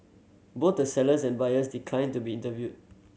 both the sellers and buyers declined to be interviewed